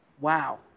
Wow